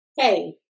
Hey